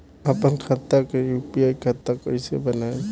आपन खाता के यू.पी.आई खाता कईसे बनाएम?